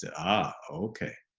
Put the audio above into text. yeah ah okay!